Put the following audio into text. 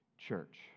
church